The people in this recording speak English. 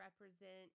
represent